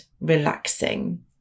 relaxing